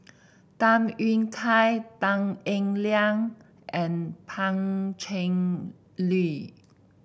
Tham Yui Kai Tan Eng Liang and Pan Cheng Lui